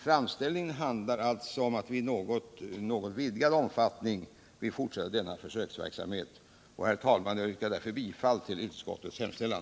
Framställningen handlar alltså om att vi i något vidgad omfattning vill fortsätta försöksverksamheten. Herr talman! Jag yrkar mot denna bakgrund bifall till utskottets hemställan.